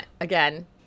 again